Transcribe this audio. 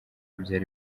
byari